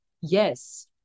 yes